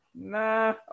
nah